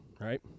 Right